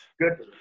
Good